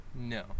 No